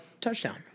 touchdown